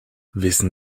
wissen